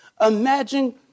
Imagine